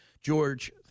George –